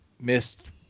missed